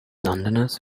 londoners